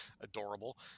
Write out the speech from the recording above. adorable